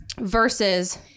versus